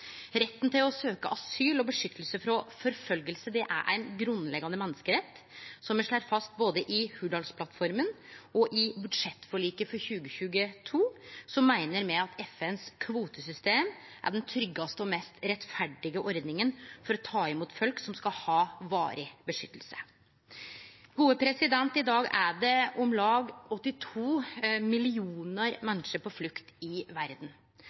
Retten til å søkje asyl og beskyttelse mot forfølging er ein grunnleggjande menneskerett. Som me slår fast både i Hurdalsplattforma og i budsjettforliket for 2022, meiner me at FNs kvotesystem er den tryggaste og mest rettferdige ordninga for å ta imot folk som skal ha varig beskyttelse. I dag er det om lag 82 millionar menneske på flukt i verda.